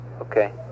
Okay